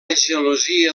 gelosia